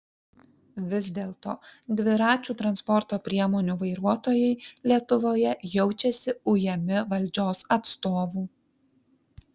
vis dėlto dviračių transporto priemonių vairuotojai lietuvoje jaučiasi ujami valdžios atstovų